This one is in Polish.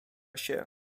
się